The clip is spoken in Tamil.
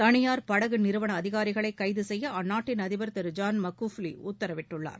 தனியார் படகு நிறுவன அதிகாரிகளை கைது செய்ய அந்நாட்டின் அதிபர் திரு ஜான் மகுஃபுலி உத்தரவிட்டுள்ளார்